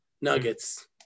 Nuggets